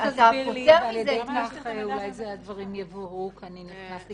תסביר לי ואולי על-ידי כך הדברים יבוארו כי נכנסתי